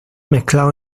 mezclado